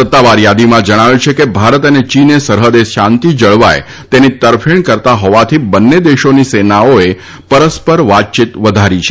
સત્તાવારયાદીમાં યાદીમાં જણાવ્યું છે કે ભારત અને ચીન સરહદે શાંતિ જળવાય તેની તરફેણ કરતા હોવાથી બંને દેશોની સેનાઓએ પરસ્પર વાતચીત વધારી છે